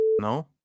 no